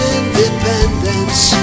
independence